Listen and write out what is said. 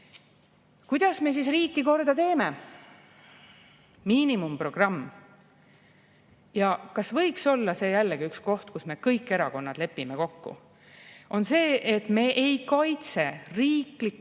Kuidas me siis riiki korda teeme? Miinimumprogramm – ja ehk võiks see olla jällegi üks koht, kus me, kõik erakonnad, lepime kokku – on see, et me ei kaitse riiklikult